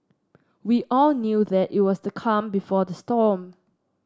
we all knew that it was the calm before the storm